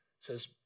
says